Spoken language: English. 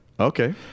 Okay